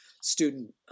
student